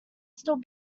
stood